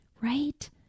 right